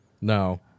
No